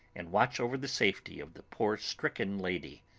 and watch over the safety of the poor stricken lady.